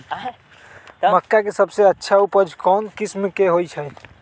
मक्का के सबसे अच्छा उपज कौन किस्म के होअ ह?